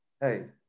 hey